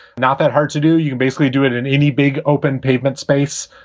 not that hard to do you basically do it in any big open pavement's space.